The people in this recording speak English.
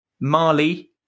Mali